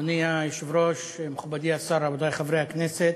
אדוני היושב-ראש, מכובדי השר, רבותי חברי הכנסת,